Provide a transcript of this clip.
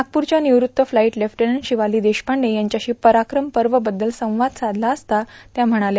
नागपूरच्या निवृत्त flight lieutenant Shivali Deshpande यांच्याशी पराक्रम पर्व बद्दल संवाद साधला असता त्या म्हणाल्या